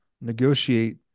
negotiate